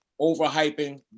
overhyping